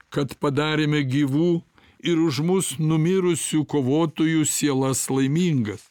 kad padarėme gyvų ir už mus numirusių kovotojų sielas laimingas